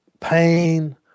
pain